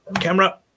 camera